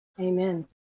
Amen